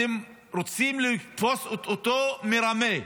אתם רוצים לתפוס אותו מרמה,